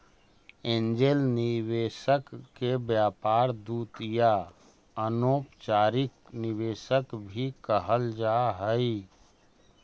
angel निवेशक के व्यापार दूत या अनौपचारिक निवेशक भी कहल जा हई